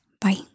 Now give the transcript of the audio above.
Bye